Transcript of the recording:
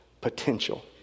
potential